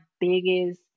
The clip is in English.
biggest